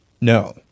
no